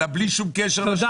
אלא בלי שום קשר לשוק.